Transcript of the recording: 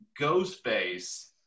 Ghostface